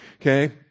Okay